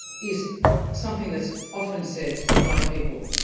is something that's often said by people.